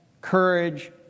courage